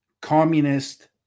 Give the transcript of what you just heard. communist